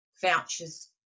vouchers